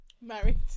Married